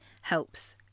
helps